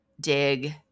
dig